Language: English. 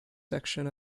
section